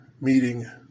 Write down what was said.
meeting